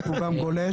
הוא גם גולש.